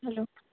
hello